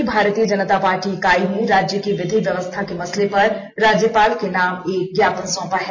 गोड्डा की भारतीय जनता पार्टी इकाई ने राज्य के विधि व्यवस्था के मसले पर राज्यपाल के नाम एक ज्ञान सौंपा है